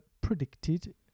predicted